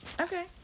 Okay